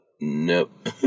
nope